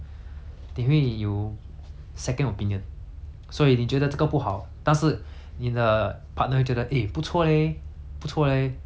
所以你觉得这个不好但是你的 partner 会觉得 eh 不错 leh 不错 leh I think 你可以这样做 lah but the thing is